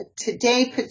today